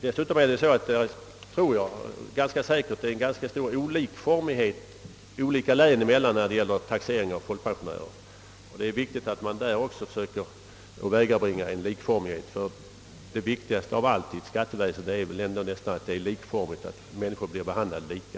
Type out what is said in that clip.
Dessutom är det nog en ganska stor olikformighet mellan länen när det gäller taxering av folkpensionärer, och det är viktigt att man även härvidlag söker åvägabringa likformighet, ty det viktigaste av allt inom ett skatteväsende är väl ändå att människor behandlas lika.